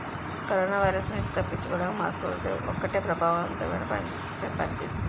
corona virus నుండి తప్పించుకోడానికి mask ఒక్కటే ప్రభావవంతంగా పని చేస్తుంది